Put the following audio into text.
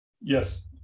Yes